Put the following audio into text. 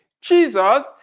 Jesus